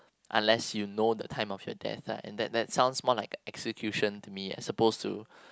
unless you know the time of your death lah and that sounds more like a execution to me I suppose to